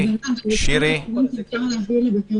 שאפשר להעביר לבתי